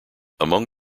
among